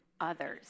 others